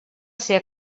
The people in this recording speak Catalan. ser